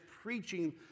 preaching